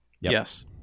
Yes